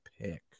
pick